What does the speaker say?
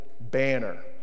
Banner